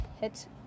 hit